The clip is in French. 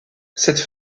cette